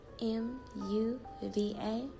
M-U-V-A